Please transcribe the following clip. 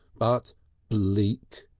but bleak!